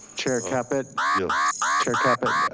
chair caput, yeah chair caput,